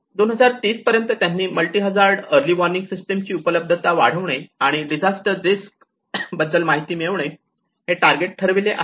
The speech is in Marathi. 2030 पर्यंत त्यांनी multi hazard early warning system ची उपलब्धता वाढविणे आणि डिझास्टर रिस्क बद्दल माहिती मिळवणे हे टारगेट ठरवले आहेत